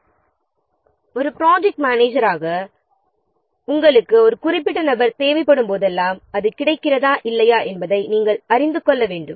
project மேனேஜருக்கு அல்லது project மேனேஜராக உங்களுக்கு ஒரு குறிப்பிட்ட நபர் தேவைப்படும்போதெல்லாம் அவர் கிடைப்பாரா இல்லையா என்பதை நாம் அறிந்து கொள்ள வேண்டும்